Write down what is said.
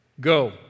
go